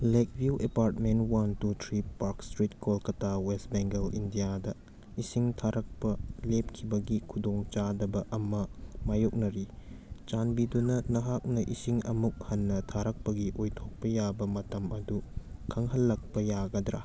lakeview apartment one two three park street Kolkata west Bengal ꯏꯟꯗꯤꯌꯥꯗ ꯏꯁꯤꯡ ꯊꯥꯔꯛꯄ ꯂꯦꯞꯈꯤꯕꯒꯤ ꯈꯨꯗꯣꯡ ꯆꯥꯗꯕ ꯑꯃ ꯃꯥꯏꯌꯣꯛꯅꯔꯤ ꯆꯥꯟꯕꯤꯗꯨꯅ ꯅꯍꯥꯛꯅ ꯏꯁꯤꯡ ꯑꯃꯨꯛ ꯍꯟꯅ ꯊꯥꯔꯛꯄꯒꯤ ꯑꯣꯏꯊꯣꯛꯄ ꯌꯥꯕ ꯃꯇꯝ ꯑꯗꯨ ꯈꯪꯍꯜꯂꯛꯄ ꯌꯥꯒꯗ꯭ꯔ